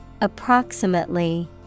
Approximately